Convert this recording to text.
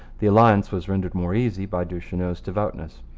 the alliance was rendered more easy by duchesneau's devoutness.